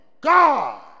God